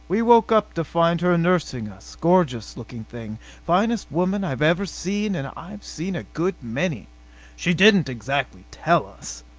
we woke up to find her nursing us gorgeous looking thing finest woman i've ever seen, and i've seen a good many she didn't exactly tell us,